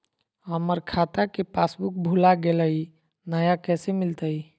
हमर खाता के पासबुक भुला गेलई, नया कैसे मिलतई?